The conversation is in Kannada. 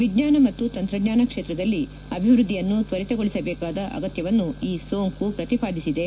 ವಿಜ್ವಾನ ಮತ್ತು ತಂತ್ರಜ್ವಾನ ಕ್ಷೇತ್ರದಲ್ಲಿ ಅಭಿವೃದ್ದಿಯನ್ನು ತ್ತರಿತಗೊಳಿಸಬೇಕಾದ ಅಗತ್ಯವನ್ನು ಈ ಸೋಂಕು ಪ್ರತಿಪಾದಿಸಿದೆ